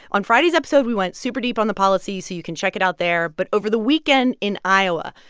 on friday's episode, we went super deep on the policy, so you can check it out there. but over the weekend in iowa,